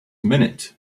minute